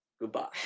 goodbye